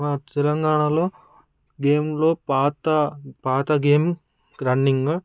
మా తెలంగాణలో గేమ్లో పాత పాత గేమ్ రన్నింగ్